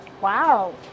Wow